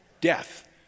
Death